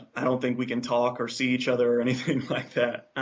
i don't think we can talk or see each other or anything like that.